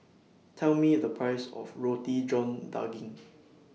Tell Me The Price of Roti John Daging